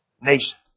nation